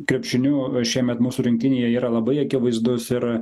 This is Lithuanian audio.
krepšiniu šiemet mūsų rinktinėje yra labai akivaizdus ir